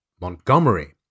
Montgomery